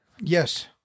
Yes